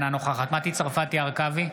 אינה נוכחת מטי צרפתי הרכבי,